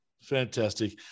Fantastic